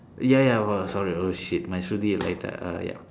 ya ya !wah! sorry oh shit my Shruthi lightaa uh ya